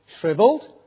shriveled